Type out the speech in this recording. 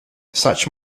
such